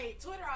Twitter